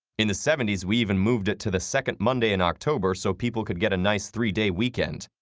in the seventy s, we even moved it to the second monday in october so people could get a nice three-day weekend,